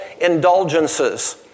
indulgences